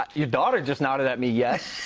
ah your daughter just nodded at me yes.